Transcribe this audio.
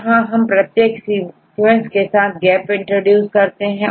यहां हम प्रत्येक सीक्वेंस के साथ गैप इंट्रोड्यूस करते हैं